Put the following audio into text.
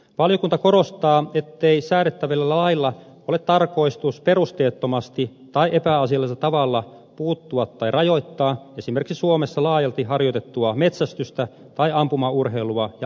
valiokunta korostaa ettei säädettävällä lailla ole tarkoitus perusteettomasti tai epäasiallisella tavalla puuttua tai rajoittaa esimerkiksi suomessa laajalti harjoitettua metsästystä tai ampumaurheilua ja ampumaharrastusta